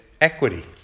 equity